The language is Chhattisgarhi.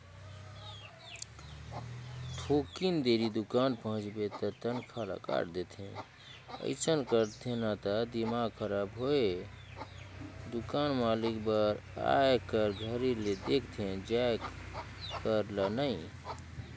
थोकिन देरी दुकान पहुंचबे त तनखा ल काट देथे अइसन करथे न त दिमाक खराब होय दुकान मालिक बर आए कर घरी ले देखथे जाये कर ल नइ